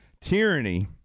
Tyranny